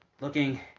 looking